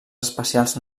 especials